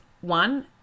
one